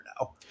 now